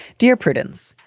dear prudence,